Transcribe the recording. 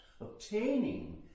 obtaining